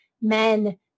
men